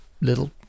little